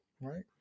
right